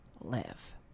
live